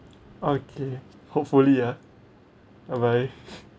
okay hopefully ah bye bye